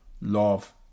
love